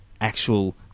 actual